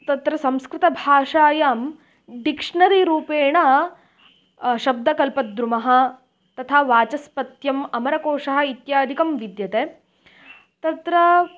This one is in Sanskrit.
तत्र संस्कृतभाषायां डिक्ष्नरिरूपेण शब्दकल्पद्रुमः तथा वाचस्पत्यम् अमरकोषः इत्यादिकं विद्यते तत्र